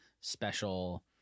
special